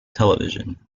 television